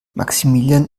maximilian